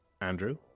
Andrew